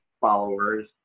followers